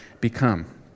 become